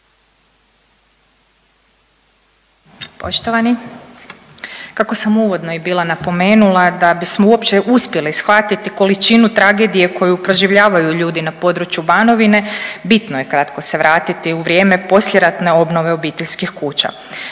Poštovani kako sam uvodno i bila napomenula da bismo uopće uspjeli shvatiti količinu tragedije koju proživljavaju ljudi na području Banovine bitno je kratko se vratiti u vrijeme poslije ratne obnove obiteljskih kuća.